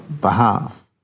behalf